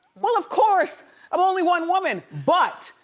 well, of course i'm only one woman, but,